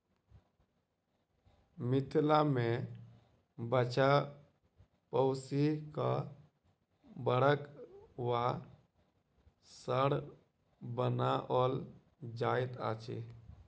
मिथिला मे बाछा पोसि क बड़द वा साँढ़ बनाओल जाइत अछि